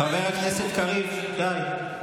חבר הכנסת קריב, די.